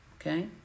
Okay